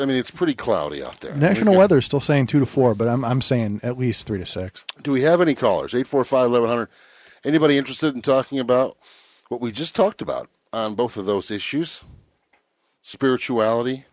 sunny it's pretty cloudy out there national weather still saying two to four but i'm saying at least three to six do we have any callers eight four five hundred anybody interested in talking about what we just talked about on both of those issues spirituality